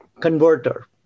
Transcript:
converter